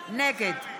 נגד